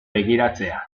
begiratzea